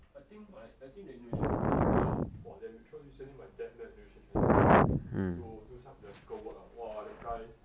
I think my I think the indonesian chinese there ah !wah! damn rich cause recently my dad met an indonesian chinese client to do some electrical work ah !wah! the guy